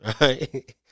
right